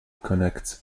connects